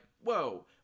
whoa